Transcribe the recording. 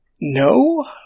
no